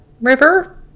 River